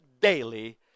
daily